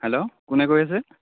hello কোনে কৈ আছে